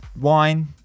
wine